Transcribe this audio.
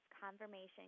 confirmation